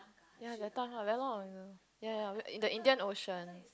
ya that time lah very long already ya ya the the Indian-Ocean